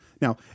Now